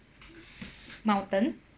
mountain